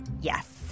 Yes